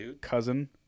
cousin